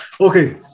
Okay